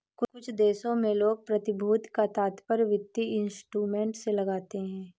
कुछ देशों में लोग प्रतिभूति का तात्पर्य वित्तीय इंस्ट्रूमेंट से लगाते हैं